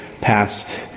past